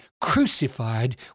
crucified